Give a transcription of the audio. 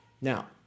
Now